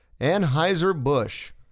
Anheuser-Busch